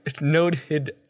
noted